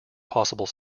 possible